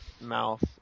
mouth